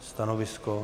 Stanovisko?